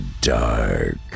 dark